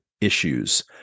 issues